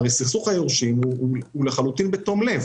הרי סכסוך היורשים הוא לחלוטין בתום לב.